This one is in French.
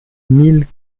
mille